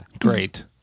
Great